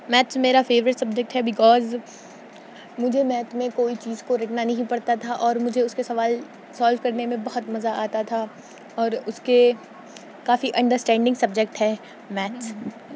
maths میرا favourite subject ہے because مجھے میتھ میں کوئی چیز کو رٹنا نہیں پڑتا تھا اور مجھے اس کے سوال سالو کرنے میں بہت مزہ آتا تھا اور اس کے کافی انڈراسٹینڈنگ سبجیکٹ ہے میتھس